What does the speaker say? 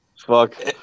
Fuck